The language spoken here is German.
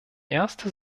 erste